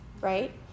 right